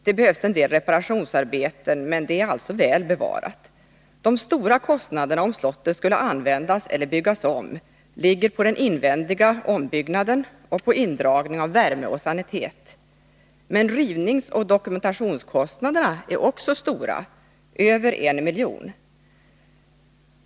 Det behövs en del repara tionsarbeten, men slottet är alltså väl bevarat. De stora kostnader som skulle uppstå om slottet skulle restaureras eller byggas om skulle komma att gälla invändig ombyggnad och indragning av värme och sanitet. Men rivningsoch dokumentationskostnaderna är också stora, över en miljon.